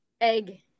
Egg